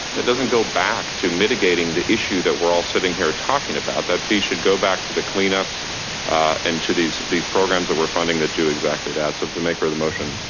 that doesn't go back to mitigating the issue that we're all sitting here talking about. that fee should go back to the clean ups and to these these programs that we're funding to do exactly that. so if the maker of the motion.